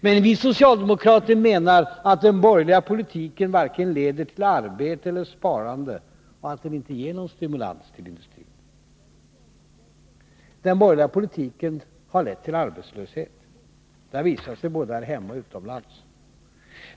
Men vi socialdemokrater menar att den borgerliga politiken inte leder till vare sig arbete eller sparande och att den inte ger någon stimulans till industrin. Den borgerliga politiken har lett till arbetslöshet. Det har den gjort både här hemma och utomlands.